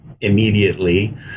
Immediately